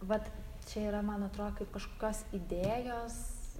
vat čia yra man atro kaip kažkios idėjos